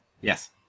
Yes